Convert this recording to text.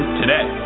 today